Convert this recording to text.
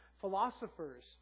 philosophers